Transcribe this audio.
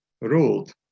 ruled